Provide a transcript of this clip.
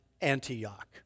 Antioch